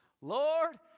Lord